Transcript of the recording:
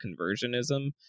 conversionism